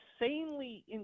insanely